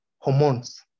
hormones